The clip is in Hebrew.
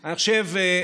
אני חושב,